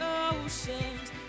oceans